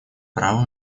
право